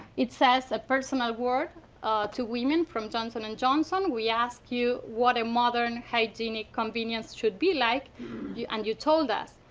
it says a personal word to women from johnson and johnson we ask you what a modern hygienic convenience should be like and you told us.